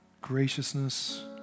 graciousness